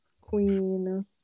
Queen